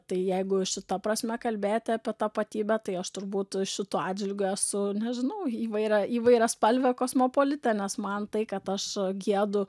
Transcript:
tai jeigu šita prasme kalbėti apie tapatybę tai aš turbūt šituo atžvilgiu esu nežinau įvairia įvairiaspalvė kosmopolitė nes man tai kad aš giedu